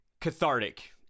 cathartic